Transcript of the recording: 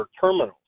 Terminals